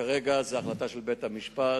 כרגע זו החלטה של בית-המשפט,